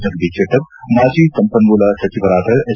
ಜಗದೀಶ್ ಶೆಟ್ಲರ್ ಮಾಜಿ ಸಂಪನ್ನೂಲ ಸಚಿವರಾದ ಎಚ್